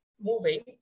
moving